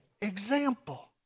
example